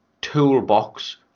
toolbox